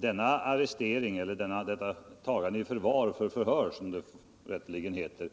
Denna arrestering, eller tagande i förvar för förhör som det rätteligen heter,